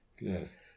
Yes